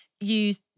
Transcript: use